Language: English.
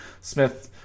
smith